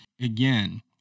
Again